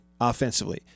offensively